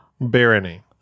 Barony